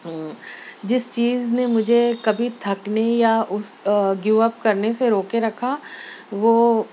جس چیز نے مجھے کبھی تھکنے یا اس گیو اپ کرنے سے روکے رکھا وہ